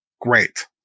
Great